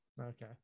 Okay